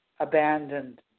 Abandoned